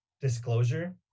Disclosure